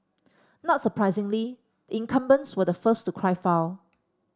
not surprisingly the incumbents were the first to cry foul